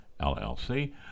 llc